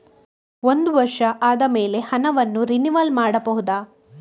ಒಂದು ವರ್ಷ ಆದಮೇಲೆ ಹಣವನ್ನು ರಿನಿವಲ್ ಮಾಡಬಹುದ?